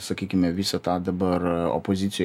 sakykime visą tą dabar opozicijoj